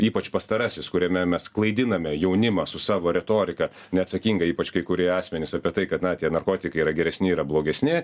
ypač pastarasis kuriame mes klaidiname jaunimą su savo retorika neatsakinga ypač kai kurie asmenys apie tai kad na tie narkotikai yra geresni yra blogesni